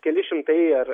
keli šimtai ar